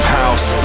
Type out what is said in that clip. house